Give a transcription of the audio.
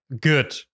good